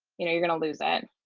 you know you're going to lose it.